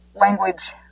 language